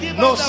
no